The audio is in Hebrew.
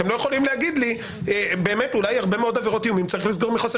אתם לא יכולים להגיד לי אולי הרבה מאוד עבירות איומים צריך לסגור מחוסר